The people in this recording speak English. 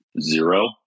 zero